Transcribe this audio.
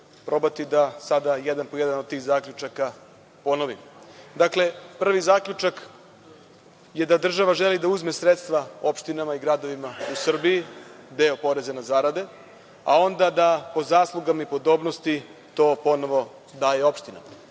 sada da jedan po jedan od tih zaključaka ponovim. Dakle, prvi zaključak je da država želi da uzme sredstva opštinama i gradovima u Srbiji, deo poreza na zarade, a onda da po zaslugama i podobnosti to ponovo daje opštinama.